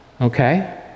okay